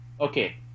Okay